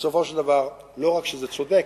בסופו של דבר לא רק שזה צודק,